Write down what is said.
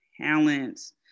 talents